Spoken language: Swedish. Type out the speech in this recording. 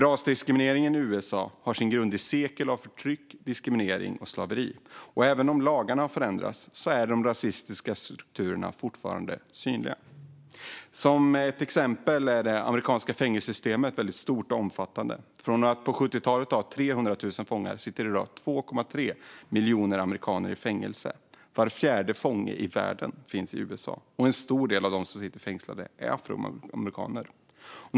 Rasdiskrimineringen i USA har sin grund i sekel av förtryck, diskriminering och slaveri. Även om lagarna har förändrats är de rasistiska strukturerna fortfarande synliga. Ett exempel är det stora amerikanska fängelsesystemet. På 1970-talet fanns det 300 000 fångar. I dag sitter 2,3 miljoner amerikaner i fängelse. Var fjärde fånge i världen finns i USA, och en stor andel av dem är afroamerikaner.